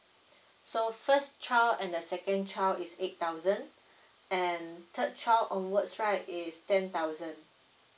so first child and the second child is eight thousand and third child onwards right is ten thousand